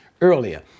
earlier